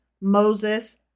Moses